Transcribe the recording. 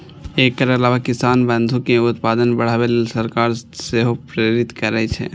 एकर अलावा किसान बंधु कें उत्पादन बढ़ाबै लेल सरकार सेहो प्रेरित करै छै